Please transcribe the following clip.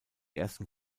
ersten